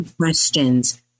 questions